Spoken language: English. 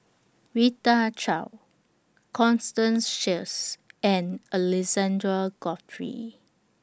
Rita Chao Constance Sheares and Alexander Guthrie